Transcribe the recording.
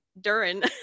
Durin